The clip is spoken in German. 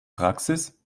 praxis